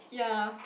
ya